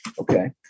Okay